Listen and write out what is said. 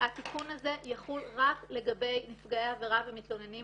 התיקון הזה יחול רק לגבי נפגעי עבירה ומתלוננים